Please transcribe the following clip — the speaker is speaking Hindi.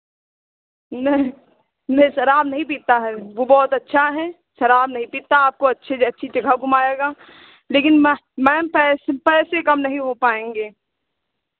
नहीं नहीं शराब नहीं पीता है वो बहुत अच्छा है शराब नहीं पीता आपको अच्छी अच्छे जगह घुमाएगा लेकिन मै मैम पै पैसे कम नहीं हो पाएंगे